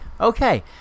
okay